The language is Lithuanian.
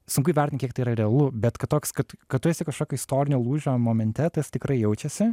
sunku įvertint kiek tai yra realu bet kad toks kad kad tu esi kažkokio istorinio lūžio momente tas tikrai jaučiasi